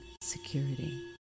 security